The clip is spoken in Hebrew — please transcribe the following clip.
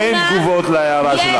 אין תגובות על ההערה שלה.